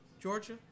Georgia